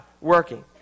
working